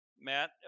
Matt